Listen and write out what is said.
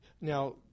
Now